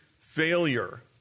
failure